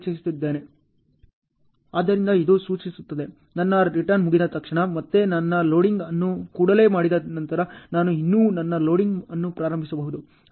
ಆದ್ದರಿಂದ ಇದು ಸೂಚಿಸುತ್ತದೆ ನನ್ನ ರಿಟರ್ನ್ ಮುಗಿದ ತಕ್ಷಣ ಮತ್ತೆ ನನ್ನ ಲೋಡಿಂಗ್ ಅನ್ನು ಕೂಡಲೇ ಮಾಡಿದ ನಂತರ ನಾನು ಇನ್ನೂ ನನ್ನ ಲೋಡಿಂಗ್ ಅನ್ನು ಪ್ರಾರಂಭಿಸಬಹುದು